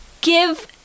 give